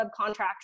subcontracts